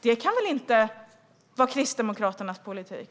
Det kan väl inte vara Kristdemokraternas politik?